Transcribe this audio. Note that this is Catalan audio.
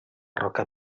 roca